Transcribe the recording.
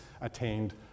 attained